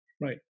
Right